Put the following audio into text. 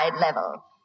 level